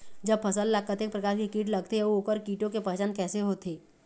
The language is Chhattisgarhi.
जब फसल ला कतेक प्रकार के कीट लगथे अऊ ओकर कीटों के पहचान कैसे होथे?